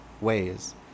ways